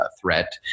threat